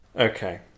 Okay